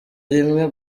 rimwe